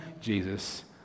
Jesus